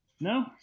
No